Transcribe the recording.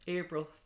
april